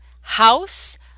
house